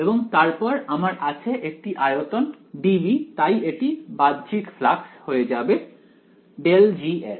এবং তারপর আমার আছে একটি আয়তন dV তাই এটি বাহ্যিক ফ্লাক্স হয়ে যাবে ∇G এর